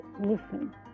listen